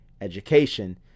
Education